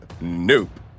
Nope